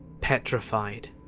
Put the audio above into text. petrified,